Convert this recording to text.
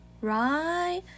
right